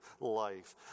life